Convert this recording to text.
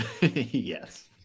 Yes